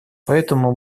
поэтому